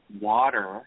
water